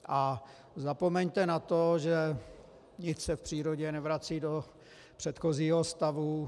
A zapomeňte na to, že nic se v přírodě nevrací do předchozího stavu.